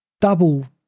double